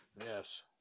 yes